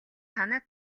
танай